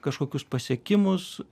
kažkokius pasiekimus